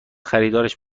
خریدارش